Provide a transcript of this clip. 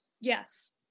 Yes